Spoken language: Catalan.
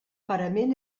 parament